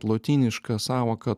lotyniška sąvoka